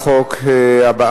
נתקבלה.